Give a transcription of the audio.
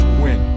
win